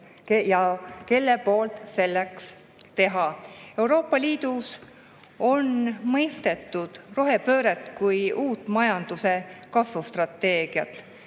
ja kelle poolt teha. Euroopa Liidus on mõistetud rohepööret kui uut majanduse kasvustrateegiat.